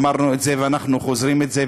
אמרנו את זה ואנחנו חוזרים על זה,